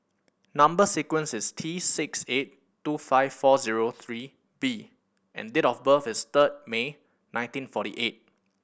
number sequence is T six eight two five four zero three B and date of birth is third May nineteen forty eight